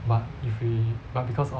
but if we but because of